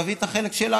תביא את החלק שלנו.